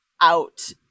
out